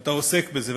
ואתה עוסק בזה,